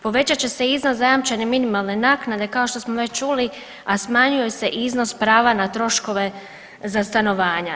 Povećat će se iznos zajamčene minimalne naknade kao što smo već čuli, a smanjuje se iznos prava na troškove za stanovanja.